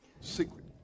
secret